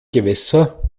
gewässer